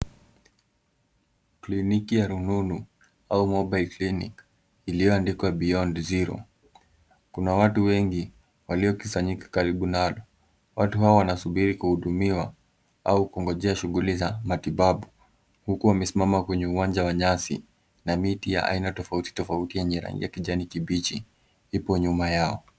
Kliniki ya rununu au mobile clinic iliyoandikwa Beyond Zero kuna watu wengi waliokusanyika karibu nalo. Watu hawa wanasubiri kuhudumiwa au kungojea shughuli za matibabu huku wamesimama kwenye uwanja wa nyasi na miti ya aina tofauti tofauti yenye rangi ya kijani kibichi ipo nyuma yao.